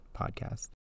Podcast